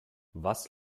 was